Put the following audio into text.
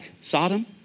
Sodom